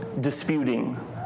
disputing